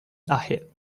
ahead